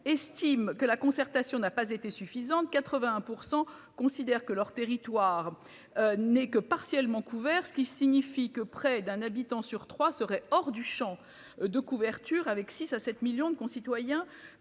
estime que la concertation n'a pas été suffisantes, 81% considèrent que leur territoire. N'est que partiellement couvert ce qui signifie que près d'un habitant sur 3 serait hors du Champ de couverture avec 6 à 7 millions de concitoyens.